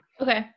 Okay